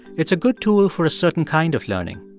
it's a good tool for a certain kind of learning.